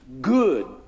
Good